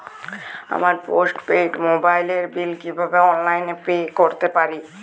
আমার post paid মোবাইলের bill কীভাবে অনলাইনে পে করতে পারি?